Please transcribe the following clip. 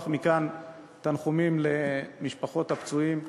מכאן תנחומים למשפחות הפצועים וההרוגים.